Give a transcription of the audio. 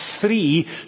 three